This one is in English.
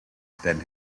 than